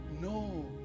No